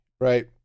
right